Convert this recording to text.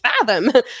fathom